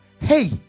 Hey